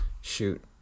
Shoot